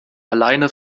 alleine